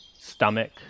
stomach